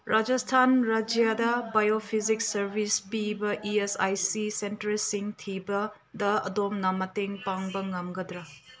ꯔꯥꯖꯁꯊꯥꯟ ꯔꯥꯖ꯭ꯌꯥꯗ bio physics service ꯄꯤꯕ E S I C ꯁꯦꯟꯇꯔꯁꯤꯡ ꯊꯤꯕꯗ ꯑꯗꯣꯝꯅ ꯃꯇꯦꯡ ꯄꯥꯡꯕ ꯉꯝꯒꯗ꯭ꯔꯥ